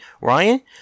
Ryan